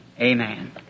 Amen